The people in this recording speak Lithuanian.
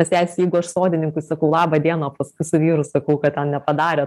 nes jeis aš sodininkui sakau laba diena o paskui su vyru sakau kad ten nepadarė